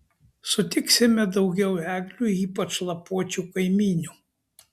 sutiksime daugiau eglių ypač lapuočių kaimynių